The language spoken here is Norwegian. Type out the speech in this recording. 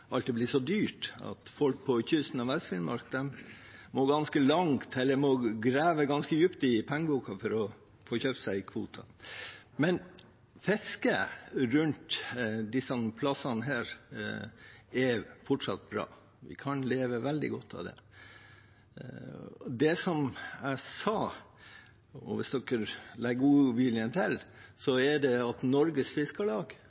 alt er blitt så dyrt at folk på kysten av Vest-Finnmark må grave ganske dypt i pengeboka for å få kjøpt seg en kvote. Men fisket rundt disse plassene er fortsatt bra. Vi kan leve veldig godt av det. Det jeg sa, hvis man legger godviljen til, er at Norges Fiskarlag og Kystfiskarlaget, de to store i